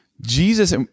Jesus